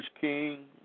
King